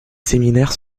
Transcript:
séminaires